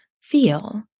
feel